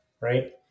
Right